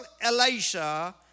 Elisha